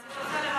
לא,